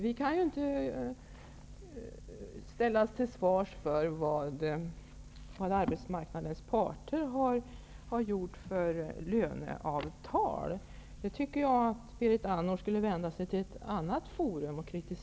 Vi kan inte ställas till svars för vilka löneavtal arbetsmarknadens parter har slutit. Jag tycker att Berit Andnor skulle vända sig till ett annat forum med sin kritik.